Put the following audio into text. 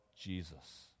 Jesus